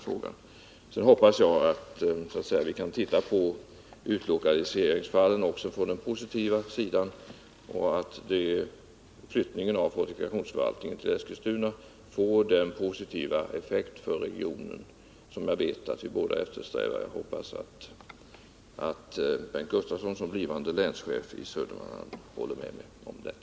Jag hoppas att vi skall kunna se utlokaliseringsfallen också från den positiva sidan och att flyttningen av fortifikationsförvaltningen till Eskilstuna skall få den positiva effekt för regionen som jag vet att vi båda eftersträvar. Jag hoppas att Bengt Gustavsson som blivande länschef i Södermanland håller med mig om detta.